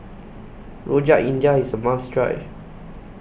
Rojak India IS A must Try